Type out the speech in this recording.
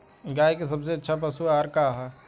गाय के सबसे अच्छा पशु आहार का ह?